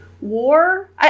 war